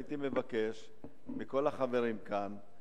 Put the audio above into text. והייתי מבקש מכל החברים כאן,